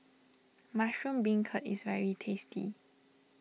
Mushroom Beancurd is very tasty